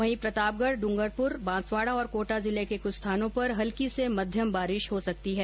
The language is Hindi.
वहीं प्रतापगढ़ डूंगरपुर बांसवाड़ा और कोटा जिले के कुछ स्थानों पर हल्की से मध्यम बारिश हो सकती है